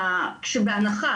בהנחה,